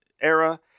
era